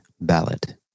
ballot